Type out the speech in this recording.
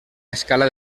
escala